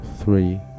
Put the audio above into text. three